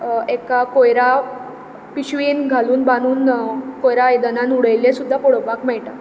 एका कोयरा पिशवेंत घालून बांदून कोयरा आयदनांत उडयिल्लें सुद्दां पळोवपाक मेळटा